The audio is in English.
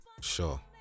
Sure